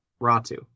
Ratu